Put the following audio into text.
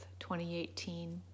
2018